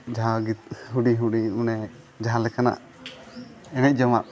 ᱡᱟᱦᱟᱸ ᱦᱩᱰᱤᱧ ᱦᱩᱰᱤᱧ ᱚᱱᱮ ᱡᱟᱦᱟᱸ ᱞᱮᱠᱟᱱᱟᱜ ᱮᱱᱮᱡ ᱡᱚᱝ ᱟᱜ